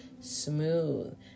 smooth